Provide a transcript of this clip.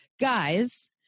Guys